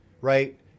right